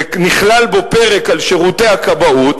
ונכלל בו פרק על שירותי הכבאות,